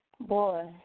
Boy